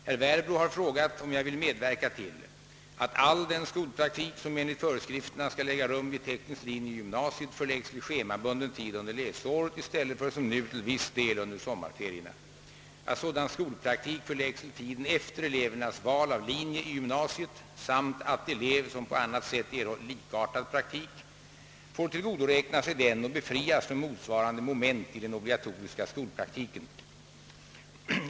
Herr Werbro har frågat, om jag vill medverka till att all den skolpraktik, som enligt föreskrifterna skall äga rum vid teknisk linje i gymnasiet, förläggs till schemabunden tid under läsåret i stället för som nu till viss del under sommarferierna, att elev som på annat sätt erhållit likartad praktik får tillgodoräkna sig den och befrias från motsvarande moment i den obligatoriska skolpraktiken.